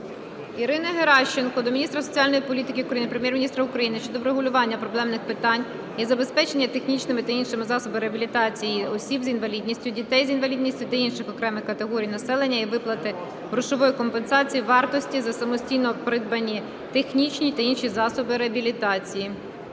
Ірини Геращенко до міністра соціальної політики України, Прем'єр-міністра України щодо врегулювання проблемних питань із забезпечення технічними та іншими засобами реабілітації осіб з інвалідністю, дітей з інвалідністю та інших окремих категорій населення і виплати грошової компенсації вартості за самостійно придбані технічні та інші засоби реабілітації.